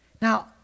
Now